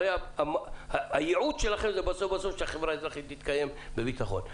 הרי הייעוד שלכם בסוף הוא שהחברה האזרחיתת תקיים בביטחון.